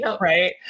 right